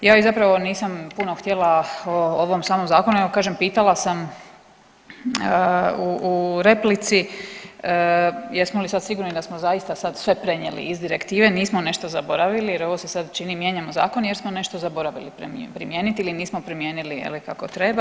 Ja zapravo i nisam puno htjela o ovom samom zakonu, nego kažem pitala sam u replici jesmo li sad sigurni da smo zaista sad sve prenijeli iz direktive nismo nešto zaboravili, jer ovo sad čini mijenjamo zakon jer smo nešto zaboravili primijeniti ili nismo primijenili kako treba.